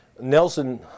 Nelson